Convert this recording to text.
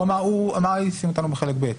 הוא אמר לי לשים אותם בחלק ב'.